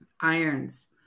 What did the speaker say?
irons